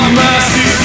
mercy